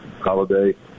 holiday